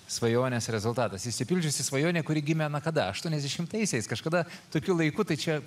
svajonės rezultatas išsipildžiusi svajonė kuri gimė na kada aštuoniasdešimtaisiais kažkada tokiu laiku tai čia